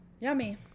Yummy